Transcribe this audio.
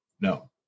No